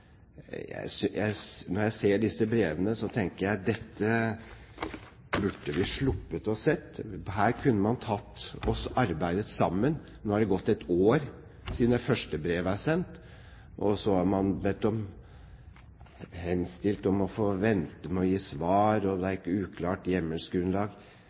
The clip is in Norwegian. Når jeg ser disse brevene, tenker jeg at dette burde vi ha sluppet å se. Her kunne man arbeidet sammen. Nå har det gått et år siden det første brevet ble sendt, og så har man henstilt om å få vente med å gi svar; det er et uklart hjemmelsgrunnlag.